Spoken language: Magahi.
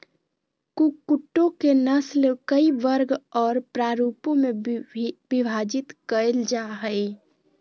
कुक्कुटों के नस्ल कई वर्ग और प्ररूपों में विभाजित कैल जा हइ